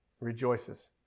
rejoices